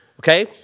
okay